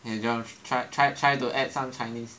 eh Jerome try try try to add some Chinese